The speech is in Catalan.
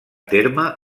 terme